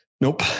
Nope